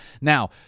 Now